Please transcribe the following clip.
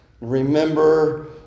remember